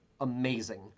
amazing